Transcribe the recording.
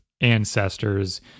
ancestors